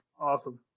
Awesome